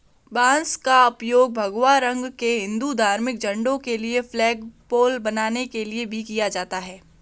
बांस का उपयोग भगवा रंग के हिंदू धार्मिक झंडों के लिए फ्लैगपोल बनाने के लिए भी किया जाता है